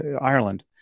Ireland